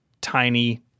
tiny